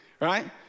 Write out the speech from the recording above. right